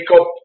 up